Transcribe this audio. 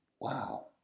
wow